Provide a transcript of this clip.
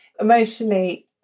emotionally